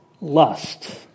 Lust